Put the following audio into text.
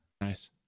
Nice